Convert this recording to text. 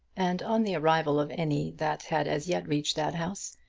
and on the arrival of any that had as yet reached that house,